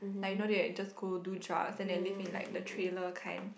like you just go do drugs then go live in like the trailer kind